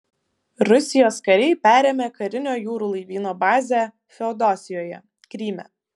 rusijos kariai perėmė karinio jūrų laivyno bazę feodosijoje kryme